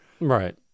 Right